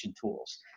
tools